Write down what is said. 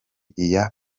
iya